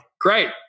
great